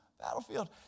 Battlefield